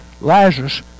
Lazarus